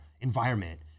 environment